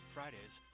Fridays